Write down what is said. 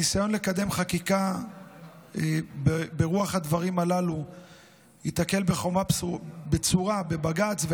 שניסיון לקדם חקיקה ברוח הדברים הללו ייתקל בחומה בצורה בבג"ץ,